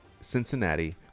Cincinnati